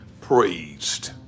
praised